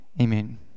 amen